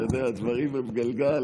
אתה יודע, דברים הם גלגל.